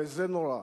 וזה נורא.